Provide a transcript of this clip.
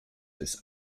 ist